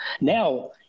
now